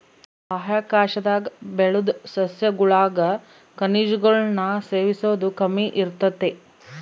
ಬಾಹ್ಯಾಕಾಶದಾಗ ಬೆಳುದ್ ಸಸ್ಯಗುಳಾಗ ಖನಿಜಗುಳ್ನ ಸೇವಿಸೋದು ಕಮ್ಮಿ ಇರ್ತತೆ